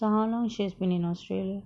so how long she has been in australia